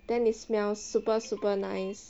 then it smells super super nice